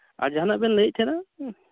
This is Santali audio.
ᱟᱨ ᱡᱟᱦᱟᱸᱱᱟᱜ ᱵᱮᱱ ᱞᱟᱹᱭᱮᱫ ᱛᱟᱦᱮᱸᱱᱟ